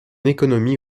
économie